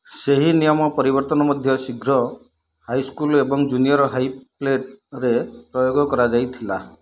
ସେହି ନିୟମ ପରିବର୍ତ୍ତନ ମଧ୍ୟ ଶୀଘ୍ର ହାଇ ସ୍କୁଲ୍ ଏବଂ ଜୁନିୟର୍ ହାଇ ପ୍ଲେରେ ପ୍ରୟୋଗ କରାଯାଇଥିଲା